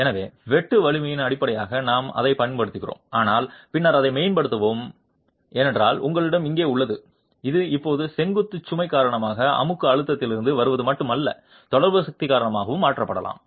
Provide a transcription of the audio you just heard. எனவே வெட்டு வலிமையின் அடிப்படையாக நாம் அதைப் பயன்படுத்துகிறோம் ஆனால் பின்னர் இதை மேம்படுத்தவும் ஏனென்றால் உங்களிடம் இங்கே உள்ளது இது இப்போது செங்குத்து சுமை காரணமாக அமுக்க அழுத்தத்திலிருந்து வருவது மட்டுமல்லாமல் தொடர்பு சக்தி காரணமாகவும் மாற்றப்படலாம்